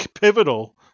pivotal